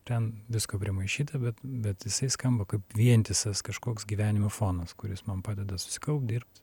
ten visko primaišyta bet bet jisai skamba kaip vientisas kažkoks gyvenimo fonas kuris man padeda susikaupt dirbt